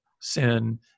sin